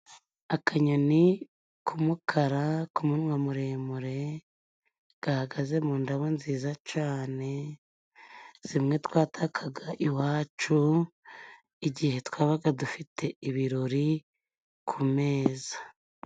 Akanyoni k'umukara k'umunwa muremure gahagaze mu ndabo nziza cyane, zimwe twatakaga iwacu igihe twabaga dufite ibirori ku meza.